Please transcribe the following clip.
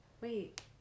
Wait